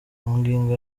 magingo